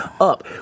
up